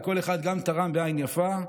וכל אחד גם תרם בעין יפה,